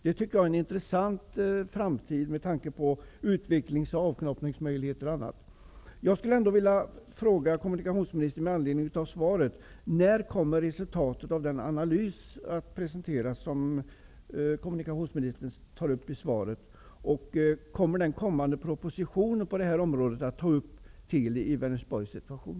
Jag tycker att företaget har en intressant framtid med utvecklings och avknoppningsmöjligheter. Kommer propositionen i fråga att ta upp Telis i Vänersborg situation?